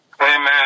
Amen